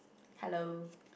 hello